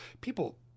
people